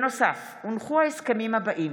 כמו כן הונחו ההסכמים האלה: